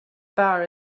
bar